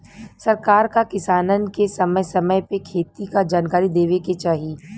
सरकार क किसानन के समय समय पे खेती क जनकारी देवे के चाही